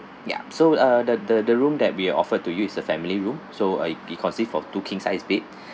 ya so uh the the the room that we offered to you is a family room so uh it consists of two king size bed